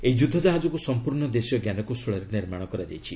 ଏହି ଯୁଦ୍ଧ ଜାହାଜକୁ ସଂପୂର୍ଣ୍ଣ ଦେଶୀୟ ଜ୍ଞାନକୌଶଳରେ ନିର୍ମାଣ କରାଯାଇଛି